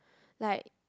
like